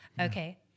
Okay